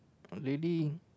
readying